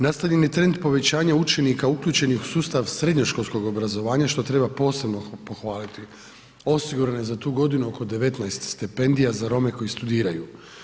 Nastavljen je trend povećanja učenika uključenih u sustav srednjoškolskog obrazovanja što treba posebno pohvaliti, osigurano je za tu godinu oko 19 stipendija za Rome koji studiraju.